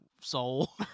soul